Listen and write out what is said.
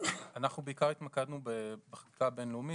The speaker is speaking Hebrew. אנחנו בעיקר התמקדנו בחקיקה הבין-לאומית.